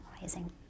Amazing